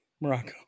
Morocco